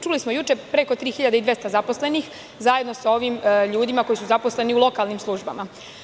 Čuli smo juče preko 3.200 zaposlenih, zajedno sa ovim ljudima koji su zaposleni u lokalnim službama.